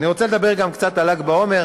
אני רוצה לדבר גם קצת על ל"ג בעומר,